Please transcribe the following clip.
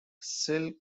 silk